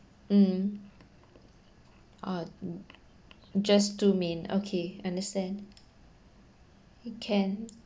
mm oh just two main okay understand can